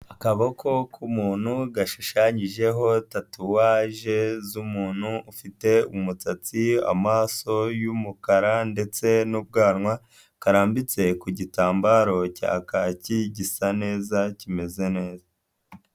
Akaboko k'umuntu gashushanyijeho tatuwaje z'umuntu ufite umusatsi, amaso y'umukara ndetse n'ubwanwa karambitse ku gitambaro cya kaki gisa neza kimeze neza.